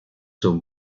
son